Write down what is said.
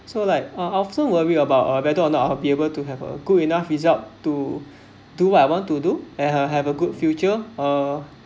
so like I often worry about uh whether or not I'll be able to have a good enough result to do what I want to do and I have a good future uh